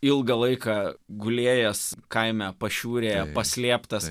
ilgą laiką gulėjęs kaime pašiūrėje paslėptas